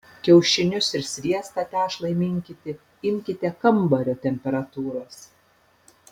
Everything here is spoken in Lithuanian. kiaušinius ir sviestą tešlai minkyti imkite kambario temperatūros